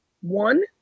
One